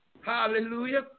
hallelujah